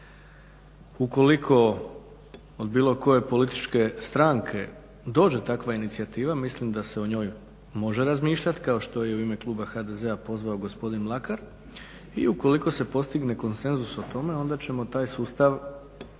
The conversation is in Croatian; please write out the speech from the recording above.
Ukoliko od bilo koje političke stranke dođe takva inicijativa, mislim da se o njoj može razmišljati, kao što je i u ime kluba HDZ-a pozvao gospodin Mlakar, i ukoliko se postigne konsenzus o tome onda ćemo taj sustav